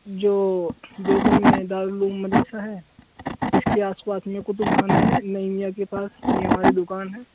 جو دیوبند میں دارالعلوم مدرسہ ہے اس کے آس پاس میں کتب خانہ ہے نعیمیہ کے پاس میں ہماری دکان ہے